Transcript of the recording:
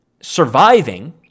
surviving